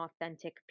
authentic